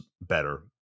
better